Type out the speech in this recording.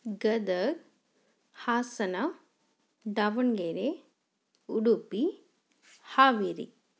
Gadag Hassan Davangere Udupi Haveri